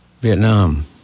Vietnam